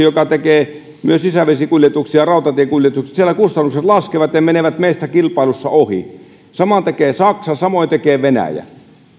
joka tekee myös sisävesikuljetuksia ja rautatiekuljetuksia kustannukset laskevat ja he menevät meistä kilpailussa ohi saman tekee saksa samoin tekee venäjä